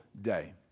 day